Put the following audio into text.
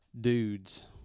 dudes